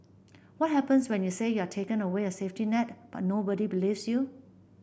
what happens when you say you are taken away a safety net but nobody believes you